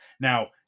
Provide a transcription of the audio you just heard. Now